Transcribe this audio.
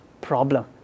problem